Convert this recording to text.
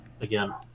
again